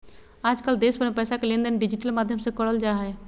आजकल देश भर मे पैसा के लेनदेन डिजिटल माध्यम से करल जा हय